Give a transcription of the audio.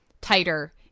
tighter